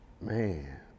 Man